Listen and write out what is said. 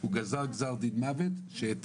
אז יכול להיות שאחד הדברים שאפשר לבקש זה שיציגו את